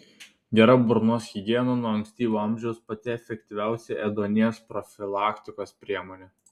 gera burnos higiena nuo ankstyvo amžiaus pati efektyviausia ėduonies profilaktikos priemonė